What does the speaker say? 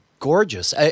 Gorgeous